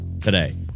today